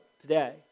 today